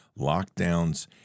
lockdowns